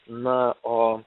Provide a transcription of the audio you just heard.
na o